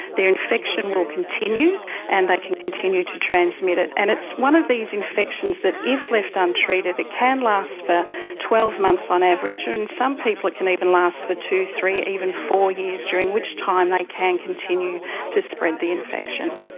their infection will continue and they but can continue to transmit it. and it's one of these infections that if left untreated it can last for twelve months on average and in some people it can even last for two, three, even four years, during which time they like can continue to spread the infection.